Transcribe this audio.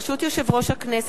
ברשות יושב-ראש הכנסת,